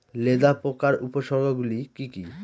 লেদা পোকার উপসর্গগুলি কি কি?